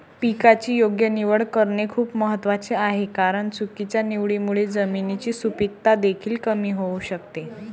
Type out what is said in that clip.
पिकाची योग्य निवड करणे खूप महत्वाचे आहे कारण चुकीच्या निवडीमुळे जमिनीची सुपीकता देखील कमी होऊ शकते